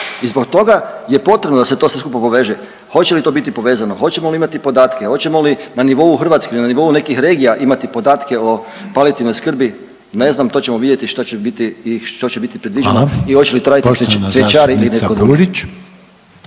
i zbog toga je potrebno da se to sve skupa poveže. Hoće li to biti povezano, hoćemo li imati podatke, hoćemo li na nivou Hrvatske, na nivou nekih regija imati podatke o palijativnoj skrbi, ne znam, to ćemo vidjeti što će biti i što će biti predviđeno i hoće li to …… raditi cvjećari ili netko